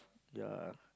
ya